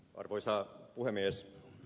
arvoisa puhemies